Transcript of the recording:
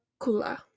Kula